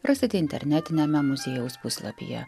rasite internetiniame muziejaus puslapyje